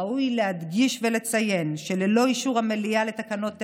ראוי להדגיש ולציין שללא אישור המליאה לתקנות אלה,